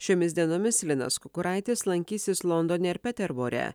šiomis dienomis linas kukuraitis lankysis londone ir peterbore